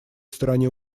стороне